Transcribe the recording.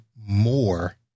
more